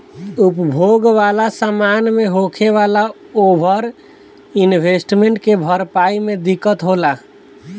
उपभोग वाला समान मे होखे वाला ओवर इन्वेस्टमेंट के भरपाई मे दिक्कत होला